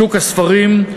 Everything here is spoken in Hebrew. שוק הספרים,